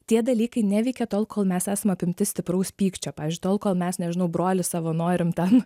tie dalykai neveikia tol kol mes esam apimti stipraus pykčio pavyzdžiui tol kol mes nežinau brolį savo norim ten